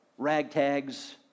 ragtags